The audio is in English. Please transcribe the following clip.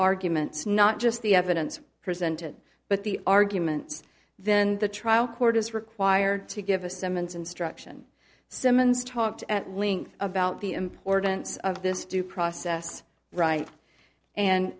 arguments not just the evidence presented but the arguments then the trial court is required to give a summons instruction simmons talked at length about the importance of this due process right and